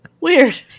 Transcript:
Weird